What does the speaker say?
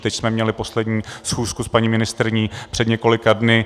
Teď jsme měli poslední schůzku s paní ministryní před několika dny.